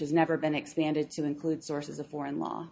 has never been expanded to include sources of foreign law